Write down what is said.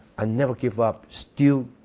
i never give up still.